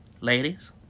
ladies